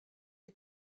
est